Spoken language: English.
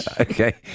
Okay